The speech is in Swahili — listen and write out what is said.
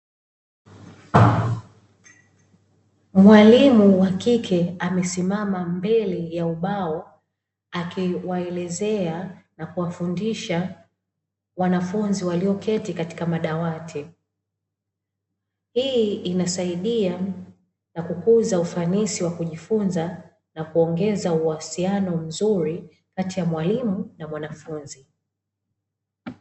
Mwalimu wa kike amesimama mbele ya ubao, akiwaelezea na kuwafundisha wanafunzi walioketi katika madawati, hii inasaidia na kukuza ufanisi wa kujifunza na kuongeza uhusiano mzuri, kati ya mwalimu na mwanafunzi.